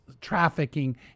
trafficking